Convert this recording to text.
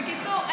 בקיצור,